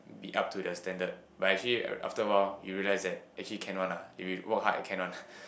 be up to the standard but actually after a while you realise that actually can one lah if you work hard you can one